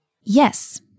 Yes